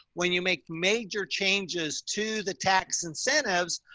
when you make major changes to the tax incentives,